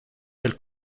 del